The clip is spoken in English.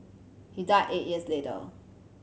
he died eight years later